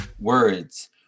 words